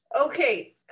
Okay